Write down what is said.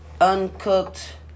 uncooked